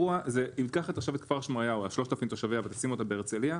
אם תיקח את כפר שמריהו על 3,000 תושביה ותשים אותה בהרצליה,